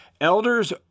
elders